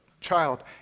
child